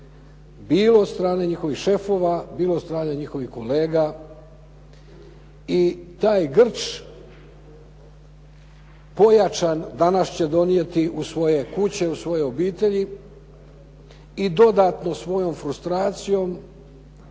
bilo od strane njihovih šefova, bilo od strane njihovih kolega. I taj grč pojačan danas će donijeti u svoje kuće, u svoje obitelji i dodatno svojom frustracijom